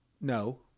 No